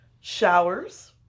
showers